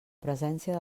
presència